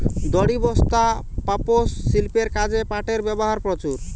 দড়ি, বস্তা, পাপোষ, শিল্পের কাজে পাটের ব্যবহার প্রচুর